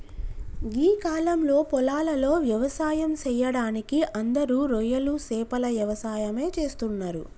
గీ కాలంలో పొలాలలో వ్యవసాయం సెయ్యడానికి అందరూ రొయ్యలు సేపల యవసాయమే చేస్తున్నరు